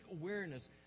awareness